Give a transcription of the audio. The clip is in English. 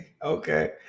Okay